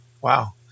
wow